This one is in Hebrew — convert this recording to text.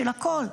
של הכול,